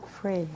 free